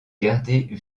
garder